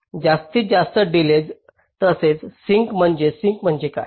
जास्तीतजास्त डिलेज तसेच सिंक म्हणजे सिंक म्हणजे काय